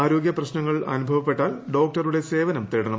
ആരോഗൃ പ്രശ്നങ്ങൾ അനുഭവപ്പെട്ടാൽ ഡോക്ടറുടെ സേവനം തേടണം